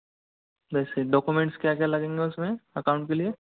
वैसे डॉक्यूमेंट्स क्या क्या लगेंगे उसमें अकाउंट के लिए